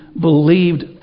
believed